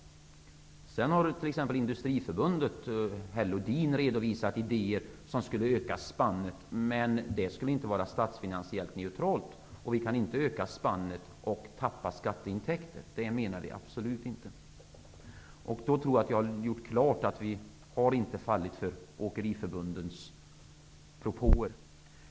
Sedan har herr Lodin i Industriförbundet redovisat idéer som skulle öka spannet, men det skulle inte vara statsfinansiellt neutralt. Vi kan inte öka spannet och tappa skatteintäkter -- absolut inte. Jag tror att jag därmed har gjort klart att vi inte har fallit för Åkeriförbundets propåer.